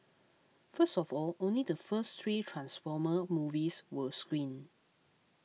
first of all only the first three Transformer movies were screened